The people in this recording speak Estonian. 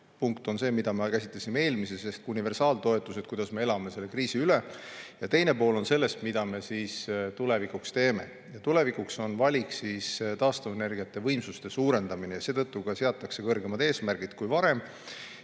punkt on see, mida me käsitlesime eelmisena, ehk universaaltoetused ja kuidas me elame selle kriisi üle. Teine pool on see, mida me tuleviku jaoks teeme. Tulevikuks on valik taastuvenergiavõimsuste suurendamine ja seetõttu seatakse kõrgemad eesmärgid kui varem.